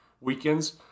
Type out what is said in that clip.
weekends